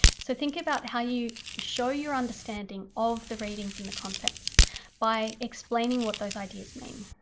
so think about how you show your understanding of the readings and the concepts by explaining what those ideas mean.